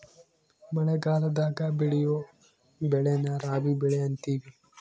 ಮಳಗಲದಾಗ ಬೆಳಿಯೊ ಬೆಳೆನ ರಾಬಿ ಬೆಳೆ ಅಂತಿವಿ